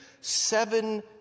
seven